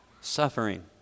suffering